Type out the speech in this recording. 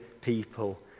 people